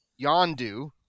Yondu